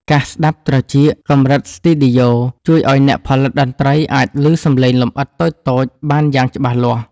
កាសស្តាប់ត្រចៀកកម្រិតស្ទីឌីយ៉ូ ជួយឱ្យអ្នកផលិតតន្ត្រីអាចឮសំឡេងលម្អិតតូចៗបានយ៉ាងច្បាស់លាស់។